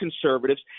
conservatives